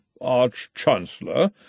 Arch-Chancellor